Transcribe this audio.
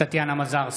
טטיאנה מזרסקי,